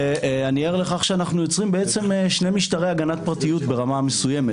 ואני ער לכך שאנחנו יוצרים בעצם שני משטרי הגנת פרטיות ברמה מסוימת,